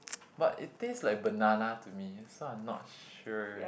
but it taste like banana to me this one I'm not sure